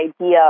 idea